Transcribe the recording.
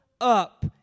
up